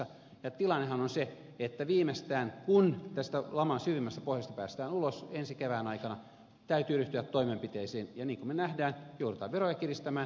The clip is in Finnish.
ja tilannehan on se että viimeistään kun tästä laman syvimmästä pohjasta päästään ulos ensi kevään aikana täytyy ryhtyä toimenpiteisiin ja niin kuin me näemme joudutaan veroja kiristämään